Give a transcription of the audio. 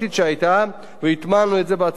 בתיאום, כמובן, עם משרדי הממשלה.